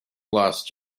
last